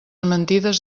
mentides